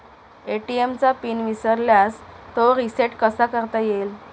ATM चा pin विसरल्यास तो रिसेट कसा करता येईल?